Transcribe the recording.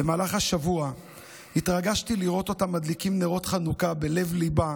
במהלך השבוע התרגשתי לראות אותם מדליקים נרות חנוכה בלב-ליבה